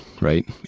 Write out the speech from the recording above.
right